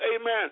amen